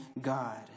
God